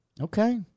Okay